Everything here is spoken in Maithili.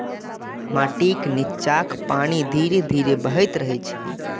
माटिक निच्चाक पानि धीरे धीरे बहैत रहै छै